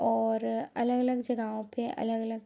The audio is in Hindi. और अलग अलग जगहों पर अलग अलग